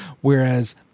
Whereas